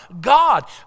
God